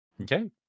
okay